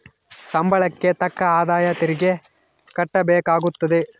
ಸಂಬಳಕ್ಕೆ ತಕ್ಕ ಆದಾಯ ತೆರಿಗೆ ಕಟ್ಟಬೇಕಾಗುತ್ತದೆ